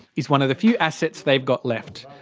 is one of the few assets they've got left.